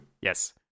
Yes